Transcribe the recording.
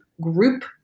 group